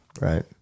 right